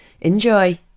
Enjoy